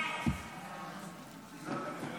ההצעה להעביר